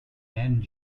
and